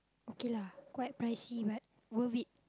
okay lah quite pricey but worth it